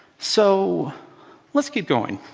so let's keep going,